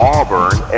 Auburn